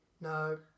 No